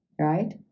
right